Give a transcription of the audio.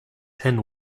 tin